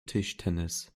tischtennis